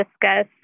discuss